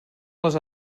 les